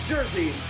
Jersey